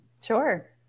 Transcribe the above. Sure